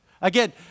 Again